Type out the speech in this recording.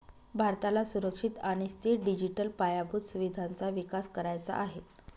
भारताला सुरक्षित आणि स्थिर डिजिटल पायाभूत सुविधांचा विकास करायचा आहे